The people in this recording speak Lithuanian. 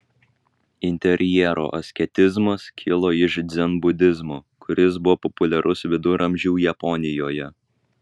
interjero asketizmas kilo iš dzenbudizmo kuris buvo populiarus viduramžių japonijoje